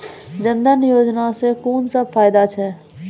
जनधन योजना सॅ कून सब फायदा छै?